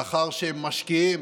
לאחר שהם משקיעים